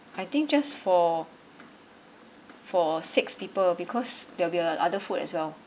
I think just for for six people because there will be uh other food as well